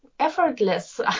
effortless